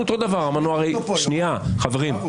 אנחנו שומעים אותו פה.